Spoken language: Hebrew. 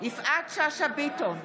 יפעת שאשא ביטון,